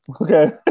Okay